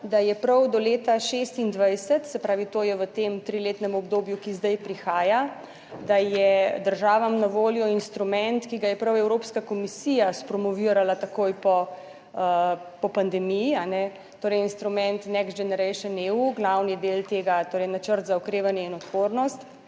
da je prav do leta 2026, se pravi, to je v tem triletnem obdobju, ki zdaj prihaja, da je državam na voljo instrument, ki ga je prav Evropska komisija spromovirala takoj po pandemiji torej instrument Next generation EU. Glavni del tega, torej Načrt za okrevanje in odpornost